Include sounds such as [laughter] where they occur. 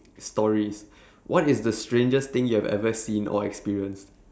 stories [breath] what is the strangest thing you have ever seen or experienced